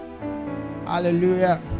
hallelujah